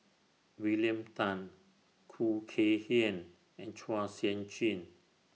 William Tan Khoo Kay Hian and Chua Sian Chin